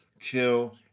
kill